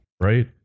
right